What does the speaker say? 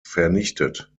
vernichtet